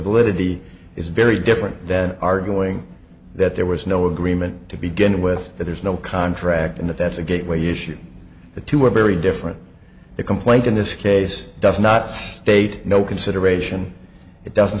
validity is very different than arguing that there was no agreement to begin with that there's no contract in that that's a gateway issue the two are very different the complaint in this case does not state no consideration it doesn't